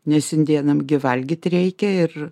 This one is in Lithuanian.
nes indėnam valgyt reikia ir